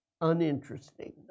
uninteresting